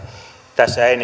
tässä ei